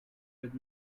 with